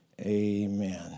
Amen